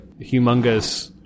humongous